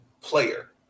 player